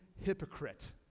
hypocrite